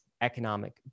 economic